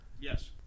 Yes